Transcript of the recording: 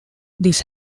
this